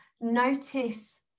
notice